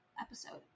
episode